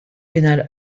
pénal